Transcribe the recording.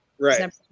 right